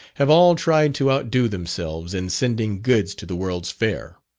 have all tried to outdo themselves in sending goods to the world's fair.